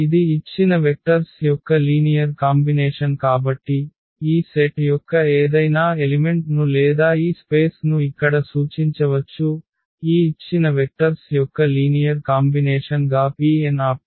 ఇది ఇచ్చిన వెక్టర్స్ యొక్క లీనియర్ కాంబినేషన్ కాబట్టి ఈ సెట్ యొక్క ఏదైనా ఎలిమెంట్ ను లేదా ఈ స్పేస్ ను ఇక్కడ సూచించవచ్చు ఈ ఇచ్చిన వెక్టర్స్ యొక్క లీనియర్ కాంబినేషన్ గా Pnt